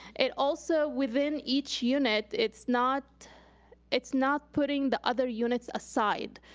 it also, within each unit, it's not it's not putting the other units aside.